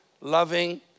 loving